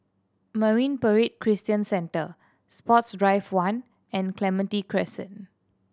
Marine Parade Christian Centre Sports Drive One and Clementi Crescent